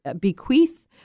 bequeath